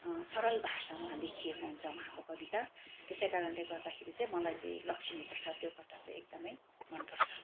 सरल भाषामा लेखिएको हुन्छ उहाँको कविता त्यसै कारणले गर्दाखेरि चाहिँ मलाई चाहिँ लक्ष्मीप्रसाद देवकोटा चाहिँ एकदमै मनपर्छ